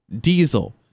Diesel